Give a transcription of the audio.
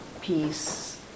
peace